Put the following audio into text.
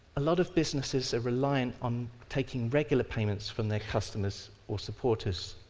a lot of businesses are reliant on taking regular payments from their customers or supporters.